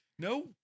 No